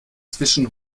zwischen